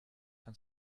and